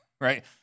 right